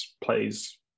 plays